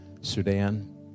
Sudan